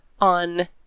on